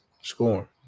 Scoring